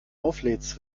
auflädst